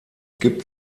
gibt